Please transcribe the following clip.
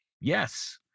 Yes